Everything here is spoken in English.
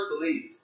believed